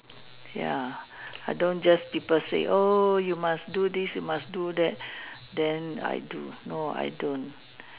ya I don't just people say oh you must do this you must do that then I do no I don't